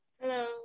Hello